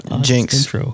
Jinx